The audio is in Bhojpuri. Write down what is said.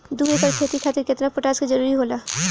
दु एकड़ खेती खातिर केतना पोटाश के जरूरी होला?